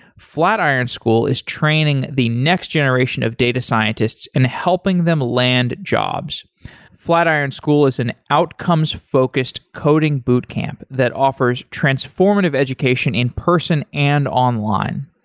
flat iron school is training the next generation of data scientists and helping them land jobs flat iron school is an outcomes focused coding boot camp that offers transformative education in person and online.